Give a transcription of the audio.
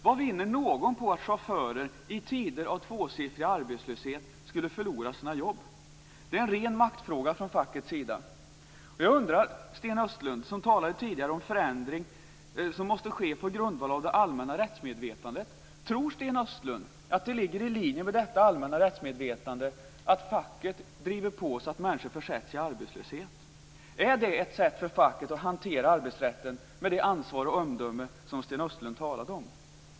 Vad vinner någon på att chaufförer i tider av tvåsiffrig arbetslöshet förlorar sina jobb? Det är en ren maktfråga från fackets sida. Jag har en fråga till Sten Östlund, som tidigare talade om att förändringar måste ske på grundval av det allmänna rättsmedvetandet. Tror Sten Östlund att det ligger i linje med detta allmänna rättsmedvetande att facket driver på så att människor försätts i arbetslöshet? Är det ett sätt för facket att hantera arbetsrätten med det ansvar och omdöme som Sten Östlund talade om?